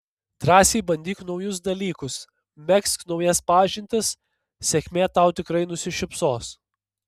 drąsiai bandyk naujus dalykus megzk naujas pažintis sėkmė tau tikrai nusišypsos